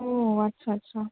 ও আচ্ছা আচ্ছা